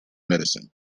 medicines